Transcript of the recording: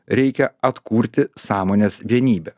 reikia atkurti sąmonės vienybę